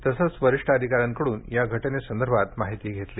तसंच वरिष्ठ अधिकाऱ्यांकडून या घटनेसंदर्भात माहिती घेतली